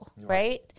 Right